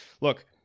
look